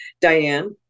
Diane